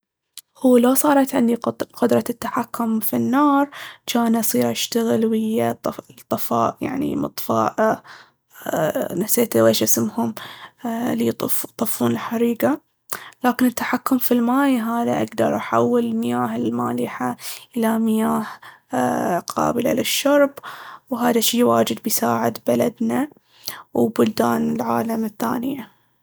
هو لو صارت عندي قد- قدرة التحكم في النار جان اصير اشتغل ويا الطف- الطفاء- يعني الإطفاء، أ- نسيت ويش اسمهم اللي يطف- يطفون الحريقة. لكن التحكم في الماي هذا اقدر أحول المياه المالحة إلى مياه أ- قابلة للشرب، وهذا شي واجد بيساعد بلدنا وبلدان العالم الثانية.